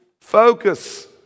focus